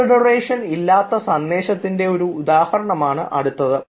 consideration ഇല്ലാത്ത സന്ദേശത്തിൻറെ ഒരുദാഹരണമാണ് അടുത്തത്